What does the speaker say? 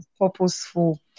purposeful